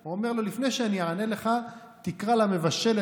הוא אומר לו: לפני שאני אענה לך תקרא למבשלת.